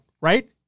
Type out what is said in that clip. Right